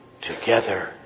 together